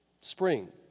Spring